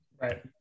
right